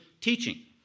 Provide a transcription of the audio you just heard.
teaching